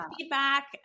feedback